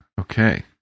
Okay